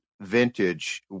vintage